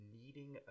needing